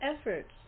efforts